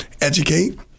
educate